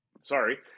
Sorry